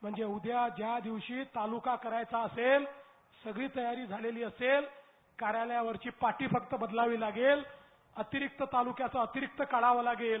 म्हणजे उद्या ज्या दिवशी त्या तालूका करायचा असेल सगळी तयारी झालेली असेल कार्यालयावरची पाटी फक्त बदलावी लागेल अतिरिक्त तालुक्याचा अतिरिक्त काढावा लागेल